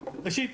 ראשית,